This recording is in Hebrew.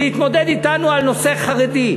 להתמודד אתנו על נושא חרדי.